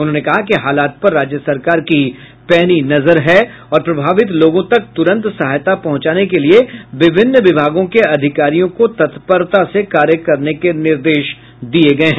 उन्होंने कहा कि हालात पर राज्य सरकार की पैनी नजर है और प्रभावित लोगों तक तुरंत सहायता पहुंचाने के लिये विभिन्न विभागों के अधिकारियों को तत्परता से कार्य करने के निर्देश दिये गये हैं